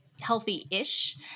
healthy-ish